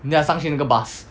then 他上去那个 bus